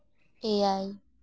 ᱮᱭᱟᱭ